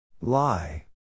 Lie